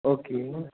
okay